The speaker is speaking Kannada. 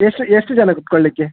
ಎಷ್ಟು ಎಷ್ಟು ಜನ ಕುತ್ಕೊಳ್ಳಲಿಕ್ಕೆ